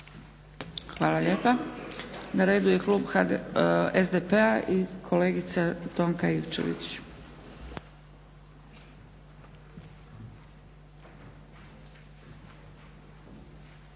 Hvala lijepa. Na redu je klub HDZ-a i kolega Davorin